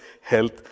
Health